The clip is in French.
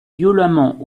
violemment